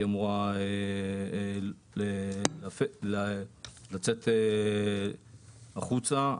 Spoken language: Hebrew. היא אמורה לצאת החוצה.